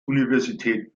universität